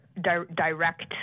direct